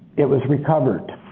it was recovered.